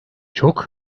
çok